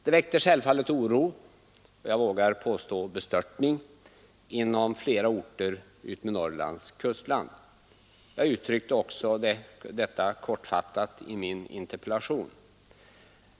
Det väckte självfallet oro — och jag vågar påstå bestörtning — inom flera orter utmed Norrlands kustland. Jag uttryckte också detta kortfattat i min interpellation.